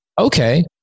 okay